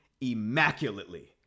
immaculately